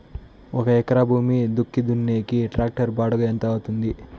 ఒక ఎకరా భూమి దుక్కి దున్నేకి టాక్టర్ బాడుగ ఎంత అవుతుంది?